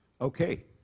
okay